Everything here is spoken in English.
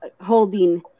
holding